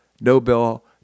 Nobel